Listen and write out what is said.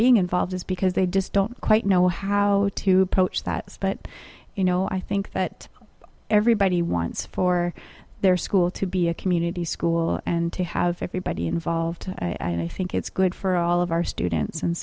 being involved is because they just don't quite know how to approach that but you know i think that everybody wants for their school to be a community school and to have everybody involved i think it's good for all of our students and